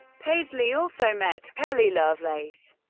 paisley also met kelley lovelace,